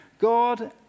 God